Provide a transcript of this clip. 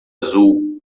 azul